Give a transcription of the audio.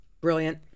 Brilliant